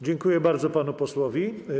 Dziękuję bardzo panu posłowi.